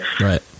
right